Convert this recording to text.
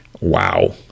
wow